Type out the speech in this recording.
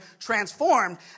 transformed